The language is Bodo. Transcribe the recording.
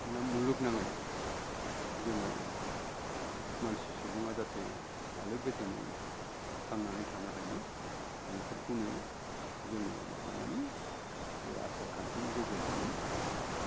ना मुलुगनाङै जोङो मानसि सुबुंआ जाहाथे आलो गोजोनै थांनानै थानो हायो बेफोरखौनो जोङो माबानानै बे आसार खान्थिनि गेजेरजोंनो